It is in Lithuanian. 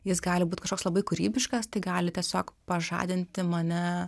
jis gali būt kažkoks labai kūrybiškas tai gali tiesiog pažadinti mane